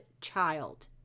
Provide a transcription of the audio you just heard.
child